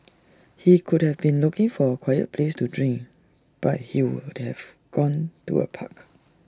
he could have been looking for A quiet place to drink but he would have gone to A park